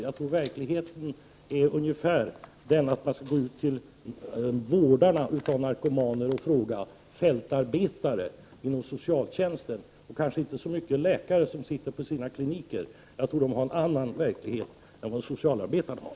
Jag tror att verkligheten är den att vi skall gå ut och fråga vårdarna av narkomaner och fältarbetarna inom socialtjänsten och kanske inte så mycket läkare som sitter på sina kliniker. Läkarna har nog en annan verklighet än vad socialarbetarna har.